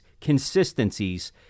consistencies